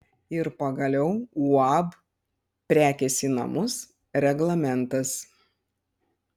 ir pagaliau uab prekės į namus reglamentas